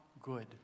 good